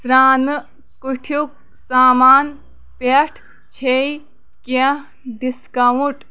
سرٛانہٕ کُٹھیُک سامان پٮ۪ٹھ چھے کینٛہہ ڈسکاونٹ